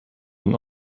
een